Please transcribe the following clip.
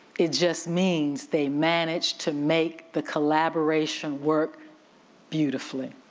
it just means they managed to make the collaboration work beautifully.